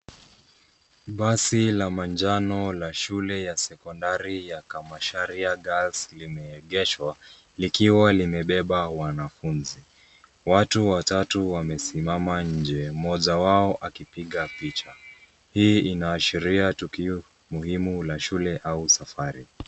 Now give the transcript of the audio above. Basi la manjano la shule ya sekondari ya Kamacharia Girls limeegeshwa, likiwa limebeba wanafunzi. Watu watatu wamesimama nje, mmoja wao akipiga picha. Hii inaashiria tukio muhimu la shule au safari.